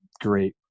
great